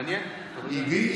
מעניין, טוב לדעת.